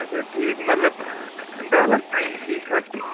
اَچھا ٹھیٖک مطلب دَہ لَچھ تانۍ یی خرچہٕ